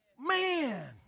Man